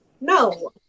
No